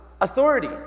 authority